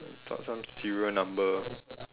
thought some serial number